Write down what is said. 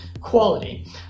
quality